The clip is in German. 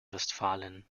westfalen